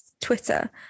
Twitter